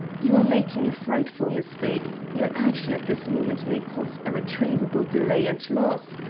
you are making a frightful mistake. your action at this moment may cause irretrievable delay and loss.